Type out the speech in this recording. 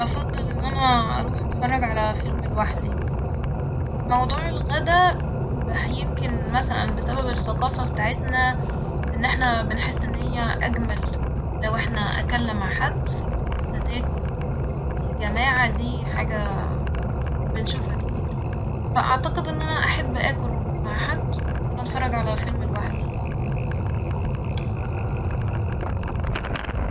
افضل ان انا اروح اتفرج على فيلم لوحدي ، موضوع الغدا يمكن مثلا بسبب الثقافة بتاعتنا ان احنا بنحس ان هي اجمل لو احنا اكلنا مع حد ، فكرة ان انت تاكل في جماعة دي حاجة بنشوفها كتير فأعتقد ان انا احب اكل مع حد وممكن اتفرج على فيلم لوحدي